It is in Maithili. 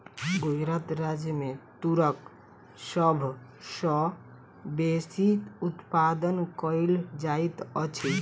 गुजरात राज्य मे तूरक सभ सॅ बेसी उत्पादन कयल जाइत अछि